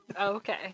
Okay